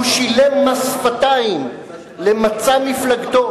הוא שילם מס שפתיים למצע מפלגתו,